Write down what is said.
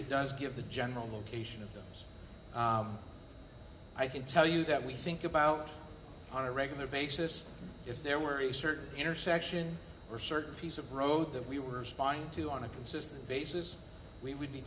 it does give the general location of those i can tell you that we think about on a regular basis if there were a certain intersection or short piece of road that we were spying to on a consistent basis we would be